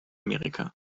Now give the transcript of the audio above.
amerika